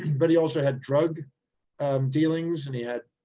but he also had drug dealings and he had